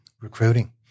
recruiting